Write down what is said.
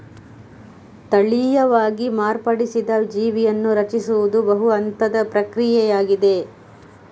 ತಳೀಯವಾಗಿ ಮಾರ್ಪಡಿಸಿದ ಜೀವಿಯನ್ನು ರಚಿಸುವುದು ಬಹು ಹಂತದ ಪ್ರಕ್ರಿಯೆಯಾಗಿದೆ